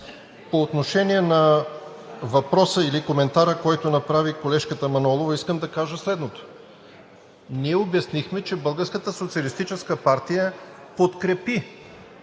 По отношение на въпроса или коментара, който направи колежката Манолова, искам да кажа следното: ние обяснихме, че Българската